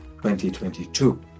2022